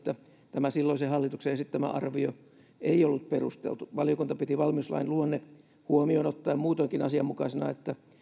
tämä silloisen hallituksen esittämä arvio ei ollut perusteltu valiokunta piti valmiuslain luonteen huomioon ottaen muutoinkin asianmukaisena että